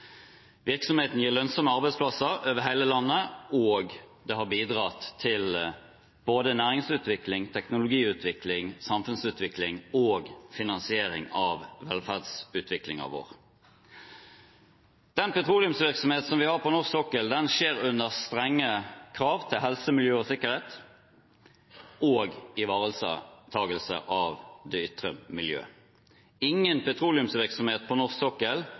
Virksomheten gir lønnsomme arbeidsplasser over hele landet. Det har bidratt til både næringsutvikling, teknologiutvikling, samfunnsutvikling og finansiering av velferdsutviklingen vår. Den petroleumsvirksomhet vi har på norsk sokkel, skjer under strenge krav til helse, miljø og sikkerhet og ivaretakelse av det ytre miljøet. Ingen petroleumsvirksomhet på norsk sokkel